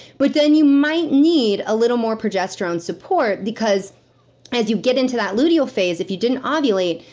but then you might need a little more progesterone support, because as you get into that luteal phase, if you didn't ah ovulate,